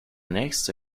nächste